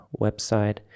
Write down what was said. website